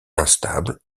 instables